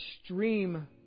extreme